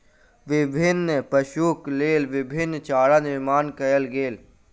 विभिन्न पशुक लेल विभिन्न चारा निर्माण कयल गेल